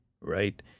right